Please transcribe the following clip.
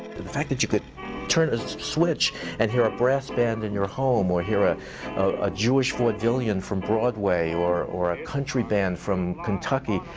the fact that you could turn a switch and hear a brass band in your home or hear a a jewish vaudevillian from broadway, or or a country band from kentucky.